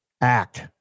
act